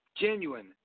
Genuine